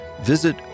visit